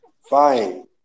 Fine